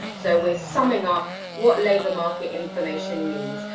so we're summing up what labour market information means,